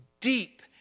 deep